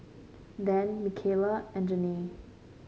Dan Mikaila and Janae